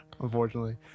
Unfortunately